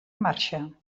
marxa